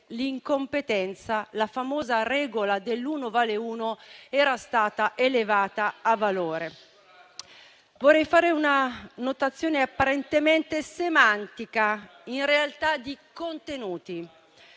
l'incompetenza, la famosa regola dell'uno vale uno era stata elevata a valore. Vorrei fare una notazione apparentemente semantica, in realtà di contenuti: